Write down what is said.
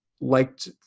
liked